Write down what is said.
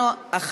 אדוני.